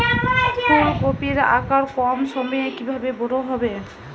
ফুলকপির আকার কম সময়ে কিভাবে বড় হবে?